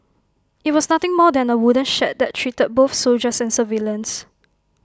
IT was nothing more than A wooden shed that treated both soldiers and civilians